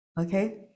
Okay